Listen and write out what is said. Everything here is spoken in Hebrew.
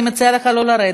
אני מציעה לך לא לרדת.